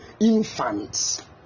infants